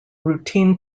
routine